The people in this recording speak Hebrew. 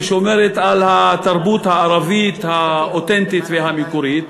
ששומרת על התרבות הערבית האותנטית והמקורית.